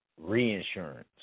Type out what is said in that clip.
reinsurance